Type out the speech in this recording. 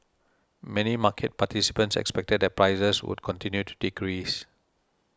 many market participants expected that prices would continue to decrease